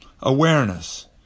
awareness